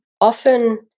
often